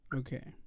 okay